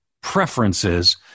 preferences